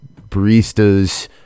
baristas